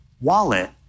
Wallet